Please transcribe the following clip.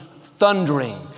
thundering